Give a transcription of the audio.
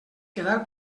quedar